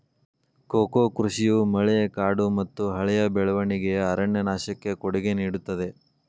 cocoa ಕೃಷಿಯು ಮಳೆಕಾಡುಮತ್ತುಹಳೆಯ ಬೆಳವಣಿಗೆಯ ಅರಣ್ಯನಾಶಕ್ಕೆ ಕೊಡುಗೆ ನೇಡುತ್ತದೆ